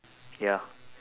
ya